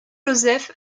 joseph